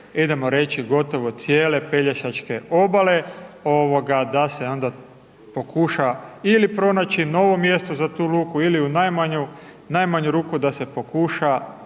idemo reći gotovo cijele pelješačke obale da se onda pokuša ili pronaći novo mjesto za tu luku ili u najmanju ruku da se pokuša